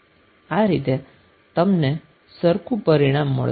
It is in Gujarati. આ રીતે તમને સરખું પરિણામ મળશે